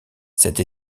cette